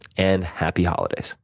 and happy holidays